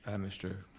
um mr.